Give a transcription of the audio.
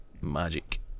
magic